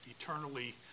eternally